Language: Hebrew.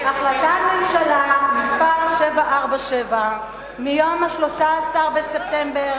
החלטת ממשלה מס' 747 מיום 13 בספטמבר